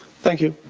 thank you.